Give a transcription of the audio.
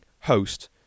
host